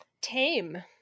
tame